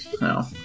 no